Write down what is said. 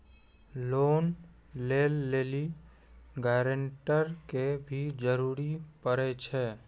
Loan लै लेली guarantor के भी जरूरी पड़ै छै?